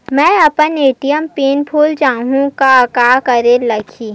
मैं अपन ATM pin भुला जहु का करे ला लगही?